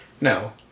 No